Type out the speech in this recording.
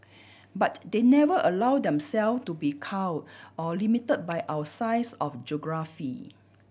but they never allowed them self to be cowed or limited by our size or geography